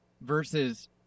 versus